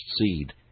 seed